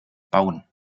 bauen